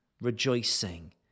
rejoicing